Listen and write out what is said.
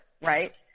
right